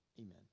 Amen